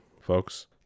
folks